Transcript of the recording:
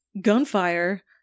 gunfire